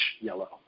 yellow